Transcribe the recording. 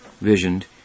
visioned